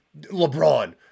LeBron